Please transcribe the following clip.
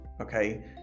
okay